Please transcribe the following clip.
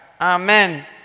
Amen